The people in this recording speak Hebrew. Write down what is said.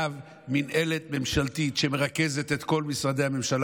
מינהלת ממשלתית שמרכזת את כל משרדי הממשלה.